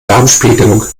darmspiegelung